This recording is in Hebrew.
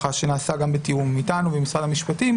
לאחר שגם נעשה בתיאום איתנו ועם משרד המשפטים,